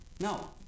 No